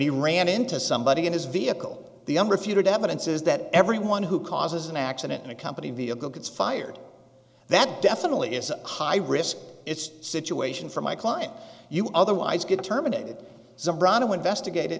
he ran into somebody in his vehicle the unrefuted evidence is that everyone who causes an accident in a company vehicle gets fired that definitely is a high risk it's situation for my client you otherwise get terminated zambrano investigated